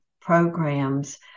programs